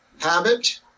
habit